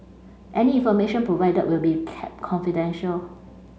any information provided will be kept confidential